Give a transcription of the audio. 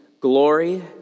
glory